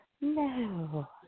No